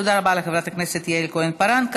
תודה רבה לחברת הכנסת יעל כהן-פארן.